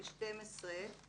ב-12,